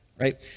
right